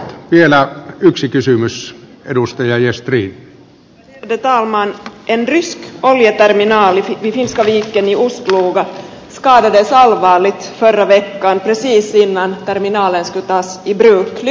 en rysk oljeterminal vid finska viken i ust luga skadades allvarligt förra veckan precis innan terminalen skulle tas i bruk